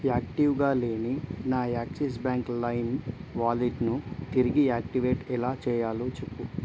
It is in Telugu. యాక్టివ్గా లేని నా ఏక్సిస్ బ్యాంక్ లైమ్ వాలెట్ని తిరిగి యాక్టివేట్ ఎలా చెయ్యలో చెప్పు